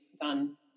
done